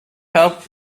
helped